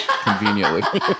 conveniently